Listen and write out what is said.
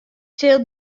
sil